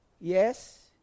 yes